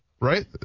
right